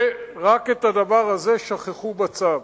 ורק את הדבר הזה שכחו בצו.